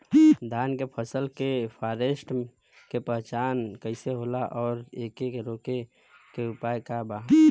धान के फसल के फारेस्ट के पहचान कइसे होला और एके रोके के उपाय का बा?